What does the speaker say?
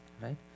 right